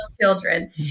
children